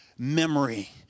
memory